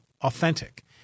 authentic